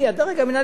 הדרג המינהלי,